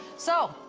so,